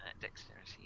Dexterity